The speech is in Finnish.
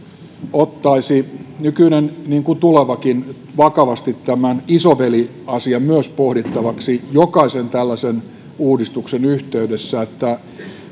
ottaisi nykyinen niin kuin tulevakin vakavasti myös tämän isoveliasian pohdittavaksi jokaisen tällaisen uudistuksen yhteydessä